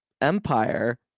Empire